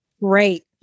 Great